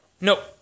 Nope